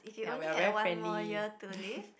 ya we are very friendly